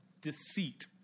deceit